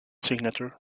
signature